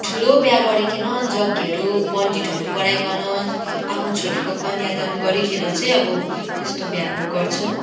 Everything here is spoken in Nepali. ठुलो बिहा गरिकिन जग्गेहरू पण्डितहरू पढाइकन आफ्नो छोरीको कन्यादान गरिकन चाहिँ अब त्यस्तो बिहाहरू गर्छ